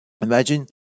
Imagine